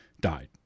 died